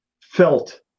felt